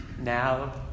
Now